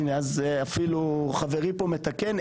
הנה, אז אפילו חברי פה מתקן.